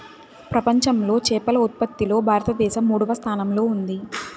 ప్రపంచంలో చేపల ఉత్పత్తిలో భారతదేశం మూడవ స్థానంలో ఉంది